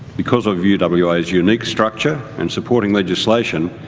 because of yeah of uwa's unique structure and supporting legislation,